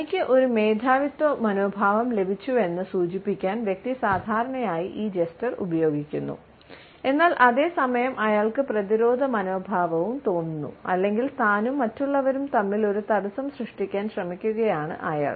തനിക്ക് ഒരു മേധാവിത്വ മനോഭാവം ലഭിച്ചുവെന്ന് സൂചിപ്പിക്കാൻ വ്യക്തി സാധാരണയായി ഈ ജെസ്റ്റർ ഉപയോഗിക്കുന്നു എന്നാൽ അതേ സമയം അയാൾക്ക് പ്രതിരോധ മനോഭാവവും തോന്നുന്നു അല്ലെങ്കിൽ താനും മറ്റുള്ളവരും തമ്മിൽ ഒരു തടസ്സം സൃഷ്ടിക്കാൻ ശ്രമിക്കുകയാണ് അയാൾ